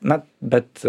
na bet